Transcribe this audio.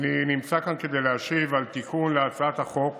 אני נמצא כאן כדי להשיב על תיקון להצעת החוק